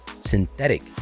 synthetic